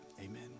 amen